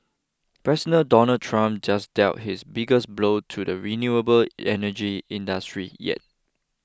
President Donald Trump just dealt his biggest blow to the renewable energy industry yet